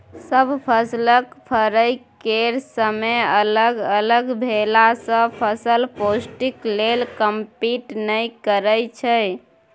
सब फसलक फरय केर समय अलग अलग भेलासँ फसल पौष्टिक लेल कंपीट नहि करय छै